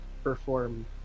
perform